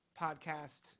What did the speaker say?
podcast